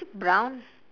brown